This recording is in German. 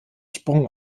sprung